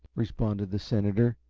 responded the senator,